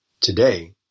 Today